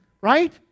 right